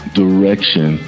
direction